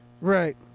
right